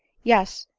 yes!